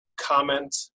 comment